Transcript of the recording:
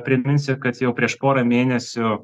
priminsiu kad jau prieš porą mėnesių